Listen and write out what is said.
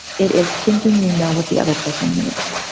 it is thinking, you know, what the other person needs.